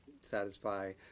satisfy